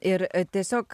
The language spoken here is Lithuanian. ir tiesiog